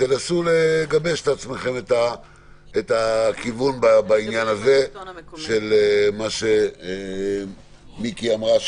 ותנסו לגבש לעצמכם את הכיוון בעניין הזה של מה שמיקי אמרה,